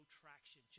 traction